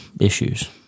issues